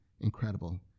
incredible